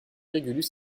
régulus